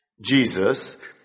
Jesus